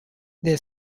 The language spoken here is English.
their